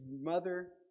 mother